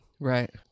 Right